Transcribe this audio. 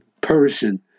person